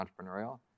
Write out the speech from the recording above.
entrepreneurial